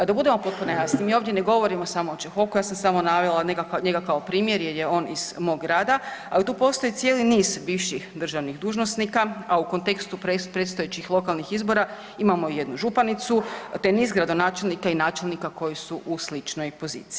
Da budemo potpuno jasni, mi ovdje ne govorimo samo o Čehoku ja sam samo navela njega kao primjer jer je on iz mog grada, ali tu postoji cijeli niz bivših državnih dužnosnika, a u kontekstu predstojećih lokalnih izbora, imamo i jednu županicu, te niz gradonačelnika i načelnika koji su u sličnoj poziciji.